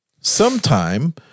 sometime